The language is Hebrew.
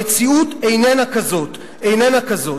המציאות איננה כזאת, איננה כזאת.